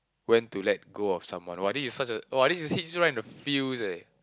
when to let go of someone !wah! this is such a !wah! this is hits right in the feels eh